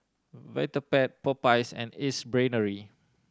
Vitapet Popeyes and Ace Brainery